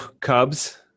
Cubs